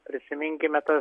prisiminkime tą